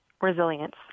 Resilience